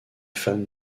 fans